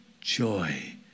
joy